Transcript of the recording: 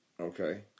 Okay